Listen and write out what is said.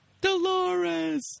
Dolores